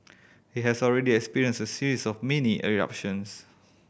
it has already experienced a series of mini eruptions